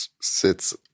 sits